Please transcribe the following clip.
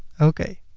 okay.